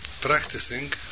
practicing